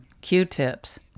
q-tips